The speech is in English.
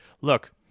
look